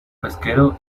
pesquero